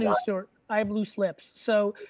ah stuart, i have loose lips. so,